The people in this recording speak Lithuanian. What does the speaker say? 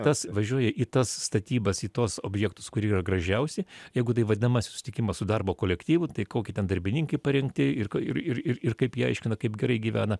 tas važiuoja į tas statybas į tuos objektus kurie yra gražiausi jeigu tai vadinamasis susitikimas su darbo kolektyvu tai kokie ten darbininkai parinkti ir ir ir ir ir kaip jie aiškina kaip gerai gyvena